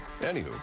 Anywho